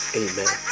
amen